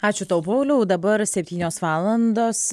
ačiū tau pauliau dabar septynios valandos